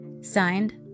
Signed